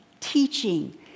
teaching